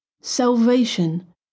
salvation